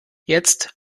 jetzt